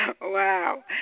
Wow